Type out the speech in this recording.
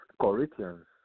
Corinthians